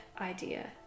idea